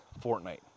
Fortnite